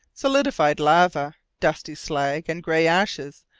solidified lava, dusty slag, and grey ashes,